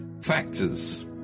factors